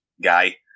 guy